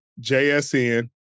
JSN